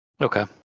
Okay